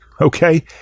Okay